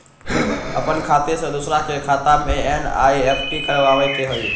अपन खाते से दूसरा के खाता में एन.ई.एफ.टी करवावे के हई?